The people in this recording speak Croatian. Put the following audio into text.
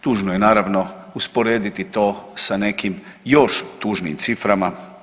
Tužno je naravno usporediti to sa nekim još tužnijim ciframa.